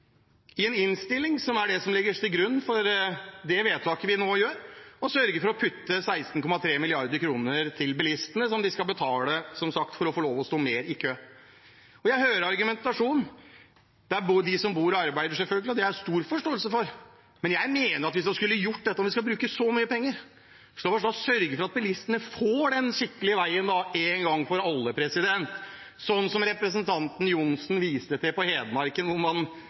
i en innstilling som er det som legges til grunn for det vedtaket vi nå gjør, og sørger for å putte på 16,3 mrd. kr til bilistene, som de skal betale, som sagt, for å få lov til å stå mer i kø. Jeg hører argumentasjonen fra dem som bor og arbeider der, selvfølgelig, og det har jeg stor forståelse for. Men jeg mener at hvis man skulle gjort dette, om vi skal bruke så mye penger, så la oss da sørge for at bilistene får den skikkelige veien én gang for alle – sånn som representanten Johnsen viste til fra Hedmarken,